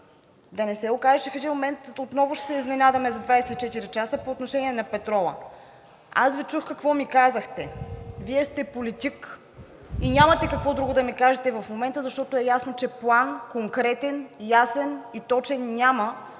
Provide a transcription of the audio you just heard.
Да не се окаже, че в един момент отново ще се изненадаме за 24 часа по отношение на петрола?! Аз Ви чух какво ми казахте. Вие сте политик и нямате какво друго да ми кажете в момента, защото е ясно, че план конкретен, ясен и точен няма,